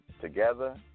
together